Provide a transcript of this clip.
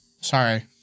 Sorry